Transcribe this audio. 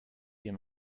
him